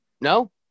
No